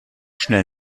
schnell